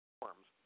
forms